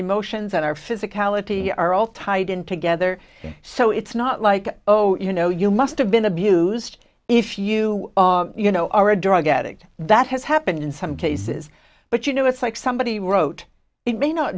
emotions that are physicality are all tied in together so it's not like oh you know you must've been abused if you you know or a drug addict that has happened in some cases but you know it's like somebody wrote it may not